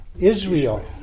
Israel